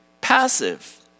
passive